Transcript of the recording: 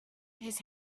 his